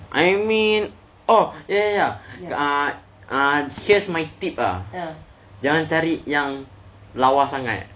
I mean oh ya ya you ah ah here's my tip ah jangan cari yang lawa sangat